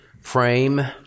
frame